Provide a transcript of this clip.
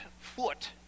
foot